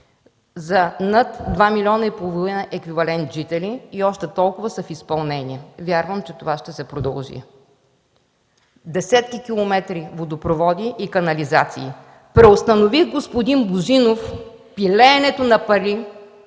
за над 2,5 милиона еквивалент жители и още толкова са в изпълнение. Вярвам, че това ще се продължи. Десетки километри водопроводи и канализации. Господин Божинов, преустанових пилеенето на пари